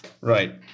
right